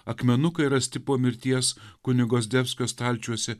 akmenukai rasti po mirties kunigo zdebskio stalčiuose